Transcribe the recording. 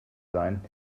sein